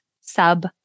sub